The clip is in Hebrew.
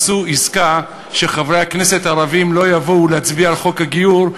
עשו עסקה שחברי הכנסת הערבים לא יבואו להצביע על חוק הגיור,